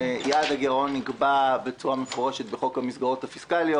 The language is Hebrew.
יעד הגירעון נקבע בצורה מפורשת בחוק המסגרות הפיסקליות.